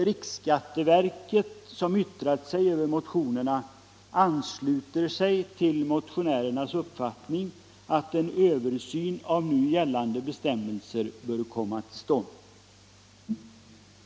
Riksskatteverket, som yttrat sig över motionerna, ansluter sig till motionärernas uppfattning att en översyn av nu gällande bestämmelser bör komma till stånd.